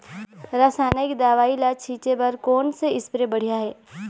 रासायनिक दवई ला छिचे बर कोन से स्प्रे बढ़िया हे?